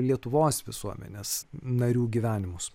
lietuvos visuomenės narių gyvenimus